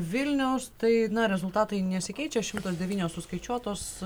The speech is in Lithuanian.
vilniaus tai rezultatai nesikeičia šimtas devynios suskaičiuotos